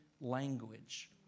language